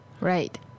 Right